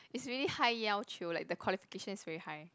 is really high 要求 like the qualifications is very high